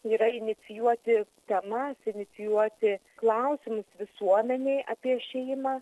yra inicijuoti temas inicijuoti klausimus visuomenei apie išėjimą